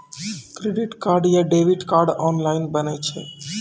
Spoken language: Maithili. क्रेडिट कार्ड या डेबिट कार्ड ऑनलाइन बनै छै?